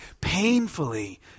painfully